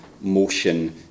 motion